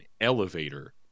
elevator